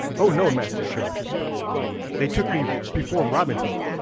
oh! no, master sheriff they took me before robin hood,